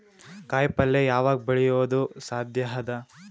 ಕಾಯಿಪಲ್ಯ ಯಾವಗ್ ಬೆಳಿಯೋದು ಸಾಧ್ಯ ಅದ?